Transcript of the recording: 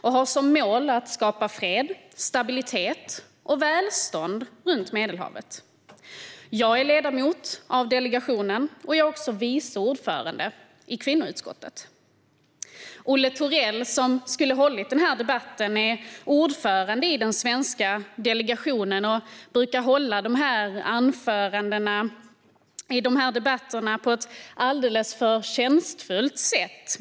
Den har som mål att skapa fred, stabilitet och välstånd runt Medelhavet. Jag är ledamot av delegationen, och är också vice ordförande i kvinnoutskottet. Olle Thorell, som skulle ha hållit det här anförandet, är ordförande i den svenska delegationen och brukar i dessa debatter hålla anföranden på ett alldeles förtjänstfullt sätt.